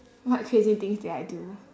what crazy things did I do